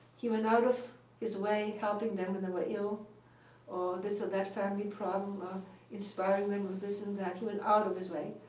he went out of his way helping them when they were ill or this or that family problem or inspiring them with this and that. he went out of his way.